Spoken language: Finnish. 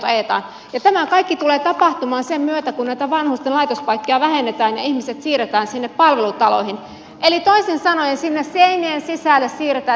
ja tämä kaikki tulee tapahtumaan sen myötä kun näitä vanhusten laitospaikkoja vähennetään ja ihmiset siirretään sinne palvelutaloihin eli toisin sanoen sinne seinien sisälle siirretään se laitoshoito